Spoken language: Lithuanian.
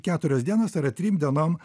keturios dienos tai yra trim dienom